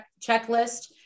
checklist